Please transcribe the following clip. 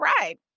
right